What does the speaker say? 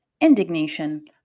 indignation